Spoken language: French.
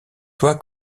toi